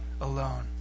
alone